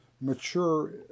mature